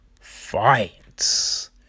fights